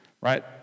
Right